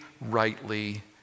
rightly